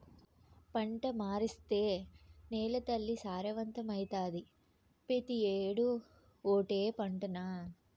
పంట మార్సేత్తే నేలతల్లి సారవంతమైతాది, పెతీ ఏడూ ఓటే పంటనా